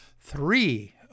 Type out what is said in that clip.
three